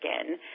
skin